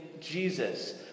Jesus